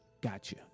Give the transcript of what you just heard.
Gotcha